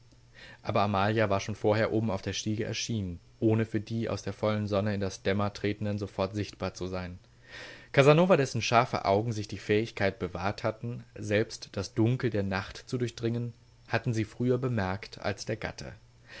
aber amalia war schon vorher oben auf der stiege erschienen ohne für die aus der vollen sonne in das dämmer tretenden sofort sichtbar zu sein casanova dessen scharfe augen sich die fähigkeit bewahrt hatten selbst das dunkel der nacht zu durchdringen hatte sie früher bemerkt als der gatte